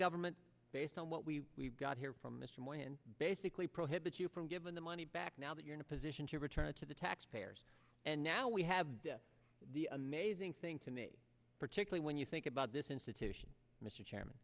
government based on what we got here from mr moore and basically prohibit you from giving the money back now that you're in a position to return it to the taxpayers and now we have the amazing thing to me particularly when you think about this institution mr chairman